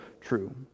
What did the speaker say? true